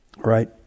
Right